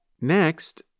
Next